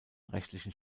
rechtlichen